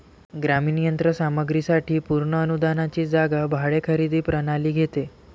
ग्रामीण यंत्र सामग्री साठी पूर्ण अनुदानाची जागा भाडे खरेदी प्रणाली घेते